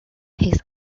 his